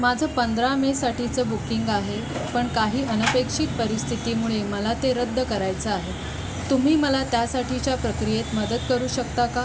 माझं पंधरा मेसाठीचं बुकिंग आहे पण काही अन पेक्षित परिस्थितीमुळे मला ते रद्द करायचं आहे तुम्ही मला त्यासाठीच्या प्रक्रियेत मदत करू शकता का